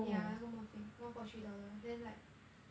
yeah 那个墨镜 one for three dollar then like